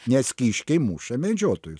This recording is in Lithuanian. nes kiškiai muša medžiotojus